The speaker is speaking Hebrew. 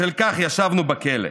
בשל כך ישבנו בכלא.